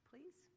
Please